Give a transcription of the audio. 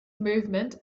movement